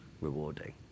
rewarding